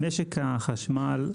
משק החשמל,